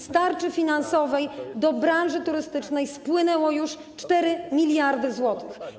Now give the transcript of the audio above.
Z tarczy finansowej do branży turystycznej spłynęło już 4 mld zł.